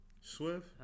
Swift